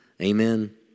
Amen